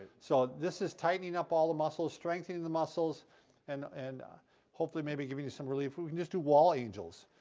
so, this is tightening up all the muscles, strengthening, the muscles and and hopefully, maybe giving you some relief. you can just to wall angels.